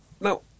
Now